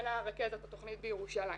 והשנה ארכז את התכנית בירושלים.